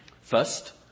First